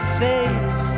face